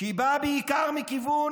שהיא באה בעיקר מכיוון,